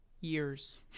years